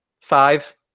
five